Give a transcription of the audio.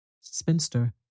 spinster